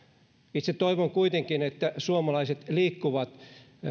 itse toivon kuitenkin että suomalaiset liikkuvat